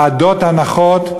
ועדות הנחות,